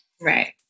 Right